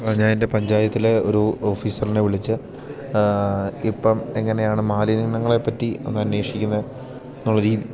ഞാൻ എൻ്റെ പഞ്ചായത്തിലെ ഒരു ഓഫീസറിനെ വിളിച്ച് ഇപ്പം എങ്ങനെയാണ് മാലിന്യങ്ങളെപ്പറ്റി ഒന്ന് അന്വേഷിക്കുന്നത് എന്നുള്ള